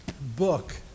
book